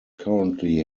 currently